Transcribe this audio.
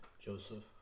Joseph